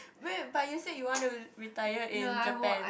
wait but you say you want to retire in Japan